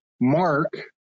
mark